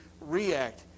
react